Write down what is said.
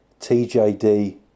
TJD